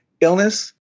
illness